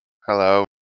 Hello